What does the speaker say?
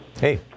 Hey